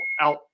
out